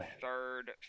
third